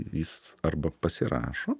jis arba pasirašo